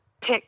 pick